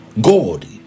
God